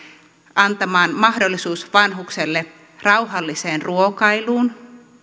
antamaan mahdollisuuden vanhukselle rauhalliseen ruokailuun